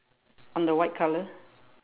on the white colour